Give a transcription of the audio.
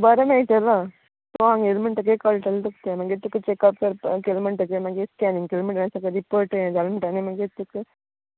बरें मेळटलो तूं हांगा येल म्हटगीर कळटले तुका तें मागीर तुका चॅकअप करपा केले म्हणटगीर मागीर स्कॅनींग केले म्हणटगीर सगले रिपोट हें केलें म्हणटगीर मागीर तुगे